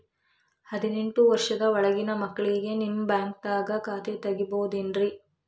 ಹದಿನೆಂಟು ವರ್ಷದ ಒಳಗಿನ ಮಕ್ಳಿಗೆ ನಿಮ್ಮ ಬ್ಯಾಂಕ್ದಾಗ ಖಾತೆ ತೆಗಿಬಹುದೆನ್ರಿ?